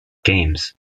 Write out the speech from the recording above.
games